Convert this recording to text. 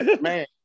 Man